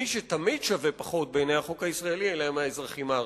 מי שתמיד שווה פחות בעיני החוק הישראלי אלה האזרחים הערבים.